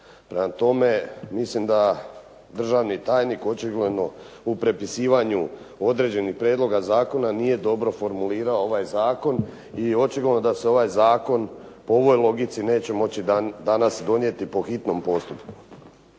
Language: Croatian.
Prema tome mislim da državni tajnik očigledno u prepisivanju određenih prijedloga zakona nije dobro formulirao ovaj zakon i očigledno da se ovaj zakon po ovoj logici neće moći danas donijeti po hitnom postupku.